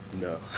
no